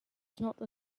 same